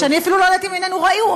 שאני אפילו לא יודעת אם איננו ראוי,